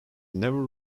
never